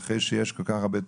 ואחרי שיש כל כך הרבה תאונות,